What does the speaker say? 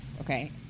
okay